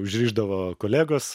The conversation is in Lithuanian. užrišdavo kolegos